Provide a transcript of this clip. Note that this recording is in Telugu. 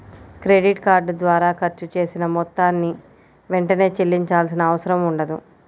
క్రెడిట్ కార్డు ద్వారా ఖర్చు చేసిన మొత్తాన్ని వెంటనే చెల్లించాల్సిన అవసరం ఉండదు